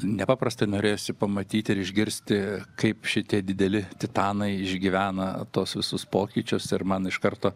nepaprastai norėjosi pamatyti ir išgirsti kaip šitie dideli titanai išgyvena tuos visus pokyčius ir man iš karto